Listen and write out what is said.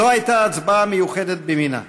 זו הייתה הצבעה מיוחדת במינה,